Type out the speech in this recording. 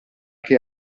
che